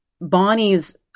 Bonnie's